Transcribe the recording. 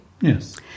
Yes